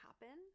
happen